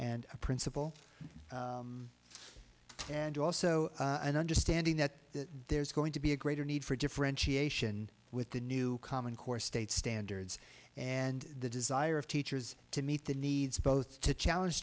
and a principal and also an understanding that there's going to be a greater need for differentiation with the new common core state standards and the desire of teachers to meet the needs both to challenge